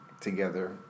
together